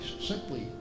simply